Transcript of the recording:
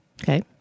Okay